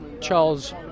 Charles